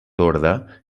orde